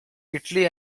italy